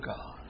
God